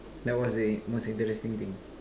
that was the most interesting thing